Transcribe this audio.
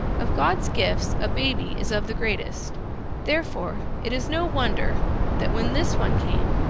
of god's gifts a baby is of the greatest therefore it is no wonder that when this one came,